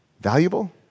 Valuable